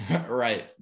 Right